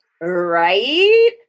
Right